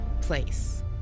place